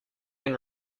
been